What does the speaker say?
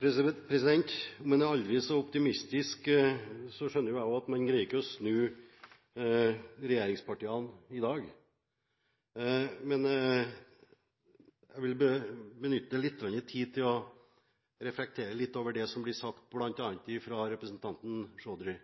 Om en er aldri så optimistisk, skjønner jeg også at man ikke greier å snu regjeringspartiene i dag. Men jeg vil benytte lite grann tid til å reflektere litt over det som blir sagt bl.a. fra representanten Chaudhry.